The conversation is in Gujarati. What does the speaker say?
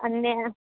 અને